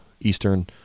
Eastern